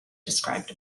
described